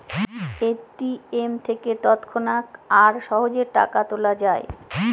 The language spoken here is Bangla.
এ.টি.এম থেকে তৎক্ষণাৎ আর সহজে টাকা তোলা যায়